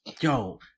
Yo